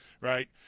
right